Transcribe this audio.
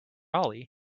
ali